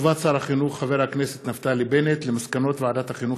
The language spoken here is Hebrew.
חבר הכנסת נפתלי בנט על מסקנות ועדת החינוך,